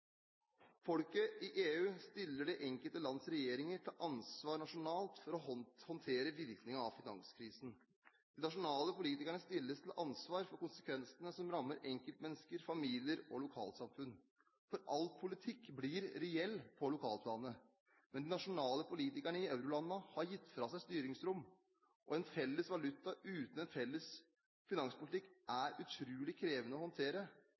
Folket i EU stiller de enkelte lands regjeringer til ansvar nasjonalt for å håndtere virkningen av finanskrisen. De nasjonale politikerne stilles til ansvar for konsekvensene som rammer enkeltmennesker, familier og lokalsamfunn. For all politikk blir reell på lokalplanet. Men de nasjonale politikerne i eurolandene har gitt fra seg styringsrom. Og en felles valuta uten en felles finanspolitikk er utrolig krevende å håndtere,